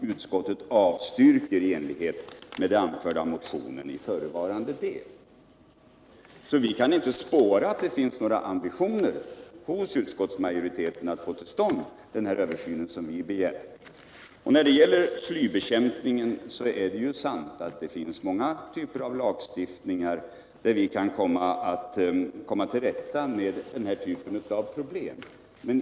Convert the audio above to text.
Utskottet avstyrker i enlighet med det anförda motionen 1977/78:791 i förevarande del.” Vi kan inte spåra några ambitioner hos utskottsmajoriteten att få till stånd den översyn som vi begär. När det gäller slybekämpning är det sant att det finns många typer av lagstiftningar, genom vilka vi kan komma till rätta med detta problem.